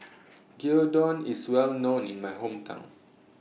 Gyudon IS Well known in My Hometown